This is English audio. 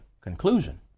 conclusion